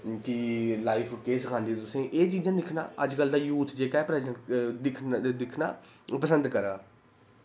जी life केह् सखांदी तुसें एह् चीजां दिक्खना अज्जकल दा यूथ जेह्का ऐ परजेंट दिक्खना पसंद करा दा